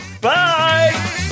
Bye